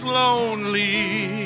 lonely